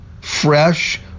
fresh